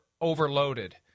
overloaded